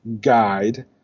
guide